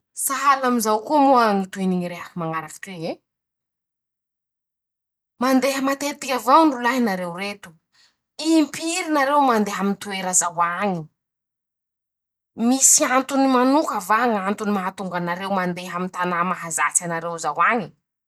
Sahala amizao koa moa ñy tohiny ñy rehaky mañaraky toy e: -"Mandeha matetiky avao any rolahy nareo reto ;im-piry nareo mandeha aminy toera zao añy ?Misy antony manoka va ñ'antony mahatonga anareo mandeha aminy tanà mahazatsy anareo zao añy?